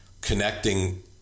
connecting